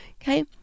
Okay